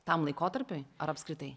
tam laikotarpiui ar apskritai